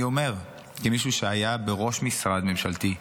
אני אומר, כמישהו שהיה בראש משרד ממשלתי,